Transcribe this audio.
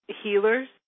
healers